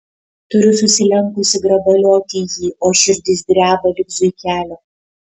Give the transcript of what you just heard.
turiu susilenkusi grabalioti jį o širdis dreba lyg zuikelio